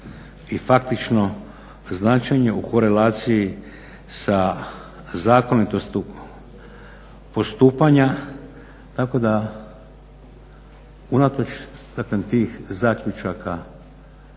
i faktično značenje u korelaciji sa zakonitosti postupanja. Tako da unatoč dakle tih zaključaka